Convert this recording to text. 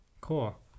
Cool